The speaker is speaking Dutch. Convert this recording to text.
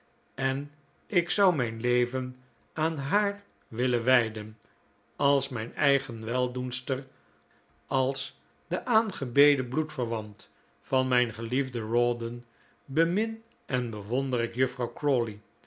en ik zou mijri leven aan haar willen wijden als mijn eigen weldoenster als de aangebeden bloedverwant van mijn geliefden rawdon bemin en bewonder ik juffrouw